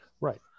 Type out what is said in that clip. Right